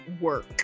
work